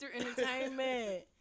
Entertainment